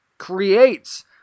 creates